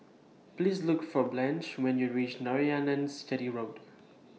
Please Look For Blanche when YOU REACH Narayanans Chetty Road